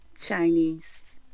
Chinese